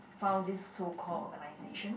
found this so called organisation